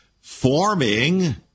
forming